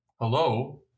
Hello